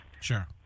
Sure